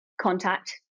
contact